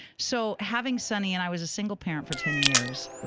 so having sunny and i was a single parent for ten years,